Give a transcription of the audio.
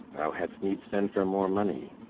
thou hadst need send for more money.